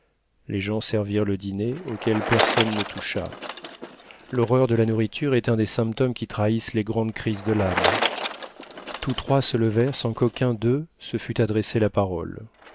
les gens servirent le dîner auquel personne ne toucha l'horreur de la nourriture est un des symptômes qui trahissent les grandes crises de l'âme tous trois se levèrent sans qu'aucun d'eux se fût adressé la parole